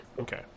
Okay